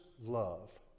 love